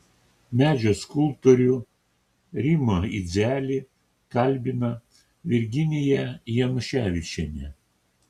medžio skulptorių rimą idzelį kalbina virginija januševičienė